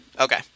Okay